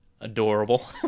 adorable